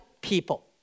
people